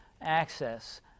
access